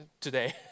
today